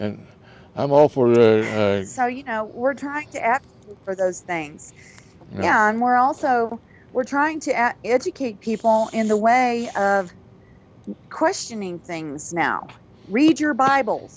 and i'm all for our you know we're trying to act for those things now and we're also we're trying to educate people in the way of questioning things now read your bible